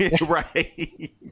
Right